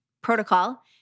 protocol